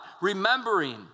remembering